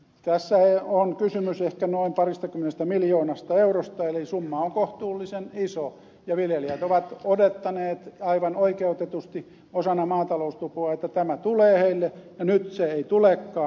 tässä on kysymys ehkä noin paristakymmenestä miljoonasta eurosta eli summa on kohtuullisen iso ja viljelijät ovat odottaneet aivan oikeutetusti osana maataloustupoa että tämä tulee heille ja nyt se ei tulekaan